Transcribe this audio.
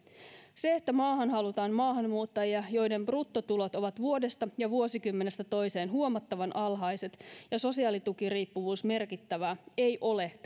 se että maahan halutaan maahanmuuttajia joiden bruttotulot ovat vuodesta ja vuosikymmenestä toiseen huomattavan alhaiset ja sosiaalitukiriippuvuus merkittävää ei ole